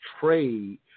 trade